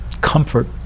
comfort